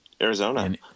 Arizona